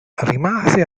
rimase